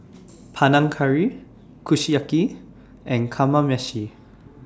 Panang Curry Kushiyaki and Kamameshi